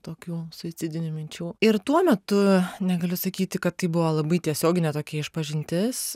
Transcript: tokių suicidinių minčių ir tuo metu negaliu sakyti kad tai buvo labai tiesioginė tokia išpažintis